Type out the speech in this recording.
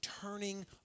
turning